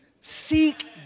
Seek